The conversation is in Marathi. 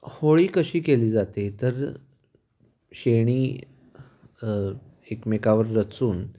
होळी कशी केली जाते तर शेणी एकमेकांवर रचून